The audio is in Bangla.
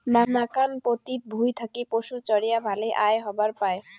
নাকান পতিত ভুঁই থাকি পশুচরেয়া ভালে আয় হবার পায়